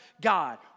God